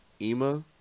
Ema